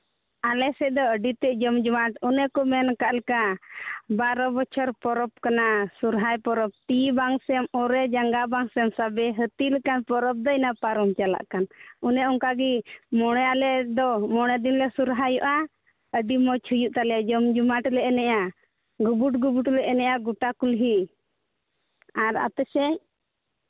ᱟᱞᱮ ᱥᱮᱫ ᱫᱚ ᱟᱹᱰᱤ ᱛᱮᱫ ᱡᱚᱢ ᱡᱚᱢᱟᱴ ᱚᱱᱮ ᱠᱚ ᱢᱮᱱ ᱟᱠᱟᱫ ᱞᱮᱠᱟ ᱵᱟᱨᱚ ᱵᱚᱪᱷᱚᱨ ᱯᱚᱨᱚᱵᱽ ᱠᱟᱱᱟ ᱥᱚᱦᱚᱨᱟᱭ ᱯᱚᱨᱚᱵᱽ ᱛᱤ ᱵᱟᱝ ᱥᱮᱢ ᱚᱨᱮ ᱡᱟᱸᱝᱜᱟ ᱵᱟᱝᱥᱮᱢ ᱥᱟᱵᱮ ᱦᱟᱹᱛᱤ ᱞᱮᱠᱟ ᱯᱚᱨᱚᱵᱽ ᱫᱚ ᱫᱟᱹᱭᱱᱟ ᱯᱟᱨᱚᱢ ᱪᱟᱞᱟᱜ ᱠᱟᱱ ᱚᱱᱮ ᱚᱱᱠᱟ ᱜᱮ ᱢᱚᱬᱮ ᱟᱞᱮ ᱫᱚ ᱢᱚᱬᱮ ᱫᱤᱱ ᱞᱮ ᱥᱚᱦᱚᱨᱟᱭᱚᱜᱼᱟ ᱟᱹᱰᱤ ᱢᱚᱡᱽ ᱦᱩᱭᱩᱜ ᱛᱟᱞᱮᱭᱟ ᱡᱚᱢ ᱡᱚᱢᱟᱴ ᱞᱮ ᱮᱱᱮᱡᱼᱟ ᱜᱩᱵᱩᱴ ᱜᱩᱵᱩᱴ ᱞᱮ ᱮᱱᱮᱡᱼᱟ ᱜᱳᱴᱟ ᱠᱩᱞᱦᱤ ᱟᱨ ᱟᱯᱮ ᱥᱮᱫ